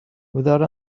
without